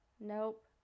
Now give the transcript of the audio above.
Nope